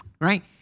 right